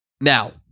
Now